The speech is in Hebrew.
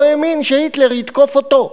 לא האמין שהיטלר יתקוף אותו.